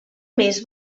més